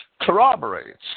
corroborates